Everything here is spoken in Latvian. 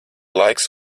laiks